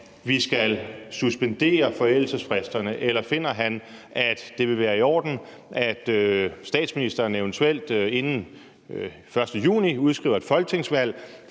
vi skal suspendere forældelsesfristerne, eller finder han, at det vil være i orden, at statsministeren eventuelt inden den 1. juni udskriver et folketingsvalg,